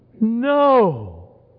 no